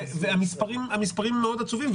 המספרים הם מאוד עצובים,